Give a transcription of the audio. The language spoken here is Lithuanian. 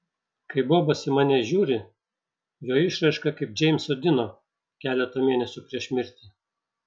kai bobas į mane žiūri jo išraiška kaip džeimso dino keletą mėnesių prieš mirtį